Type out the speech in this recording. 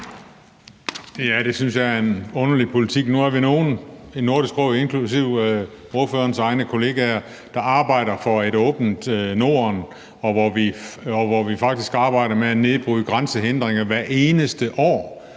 Det synes jeg er en underlig politik. Nu er vi nogle i Nordisk Råd inklusive ordførerens egne kollegaer, der arbejder for et åbent Norden. Vi arbejder faktisk for at nedbryde grænsehindringer; hvert eneste år